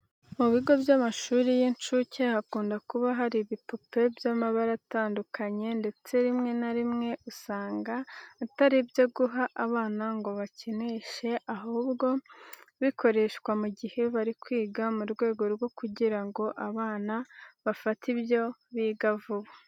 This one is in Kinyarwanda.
Mu bigo by'amashuri y'incuke hakunda kuba hari ibipupe by'amabara atandukanye ndetse rimwe na rimwe usanga atari ibyo guha abana ngo babikinishe, ahubwo bikoreshwa mu gihe bari kwiga mu rwego rwo kugira ngo abana bafate ibyo biga vuba.